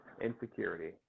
insecurity